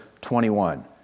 21